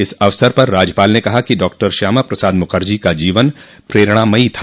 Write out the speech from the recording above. इस अवसर पर राज्यपाल ने कहा कि डॉक्टर श्यामा प्रसाद मुखर्जी का जीवन प्रेरणामयी था